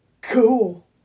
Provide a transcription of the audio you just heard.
cool